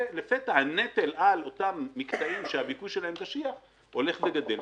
ולפתע הנטל על אותם מקטעים שהביקוש שלהם קשיח הולך וגדל.